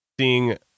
seeing